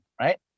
right